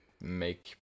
make